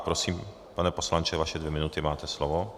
Prosím, pane poslanče, vaše dvě minuty, máte slovo.